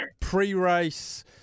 Pre-race